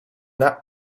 that